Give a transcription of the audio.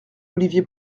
olivier